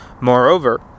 Moreover